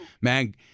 Man